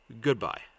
goodbye